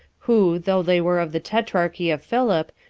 who, though they were of the tetrarchy of philip,